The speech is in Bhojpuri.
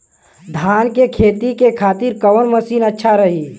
धान के खेती के खातिर कवन मशीन अच्छा रही?